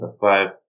five